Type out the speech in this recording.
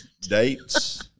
Dates